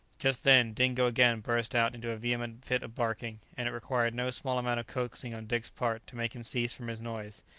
just then, dingo again burst out into a vehement fit of barking, and it required no small amount of coaxing on dick's part to make him cease from his noise.